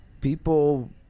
people